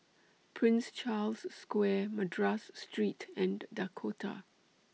Prince Charles Square Madras Street and Dakota